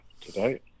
today